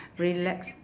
relax